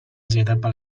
generalitat